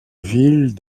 ville